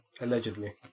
Allegedly